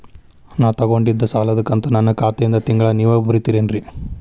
ನಾ ತೊಗೊಂಡಿದ್ದ ಸಾಲದ ಕಂತು ನನ್ನ ಖಾತೆಯಿಂದ ತಿಂಗಳಾ ನೇವ್ ಮುರೇತೇರೇನ್ರೇ?